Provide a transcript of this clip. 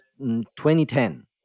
2010